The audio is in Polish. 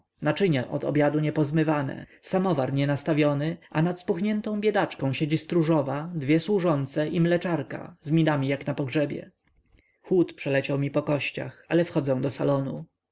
naczynia od obiadu niepozmywane samowar nienastawiony a nad spuchniętą biedaczką siedzi stróżowa dwie służące i mleczarka z minami jak na pogrzebie chłód przeleciał mi po kościach ale wchodzę do salonu